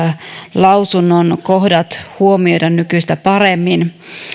lausunnon kohdat huomioida nykyistä paremmin